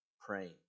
praying